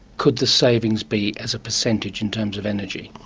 could the savings be as a percentage in terms of energy?